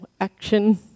action